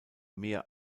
mehr